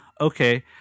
okay